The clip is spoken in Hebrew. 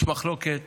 יש מחלוקת